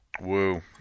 Woo